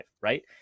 right